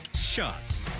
shots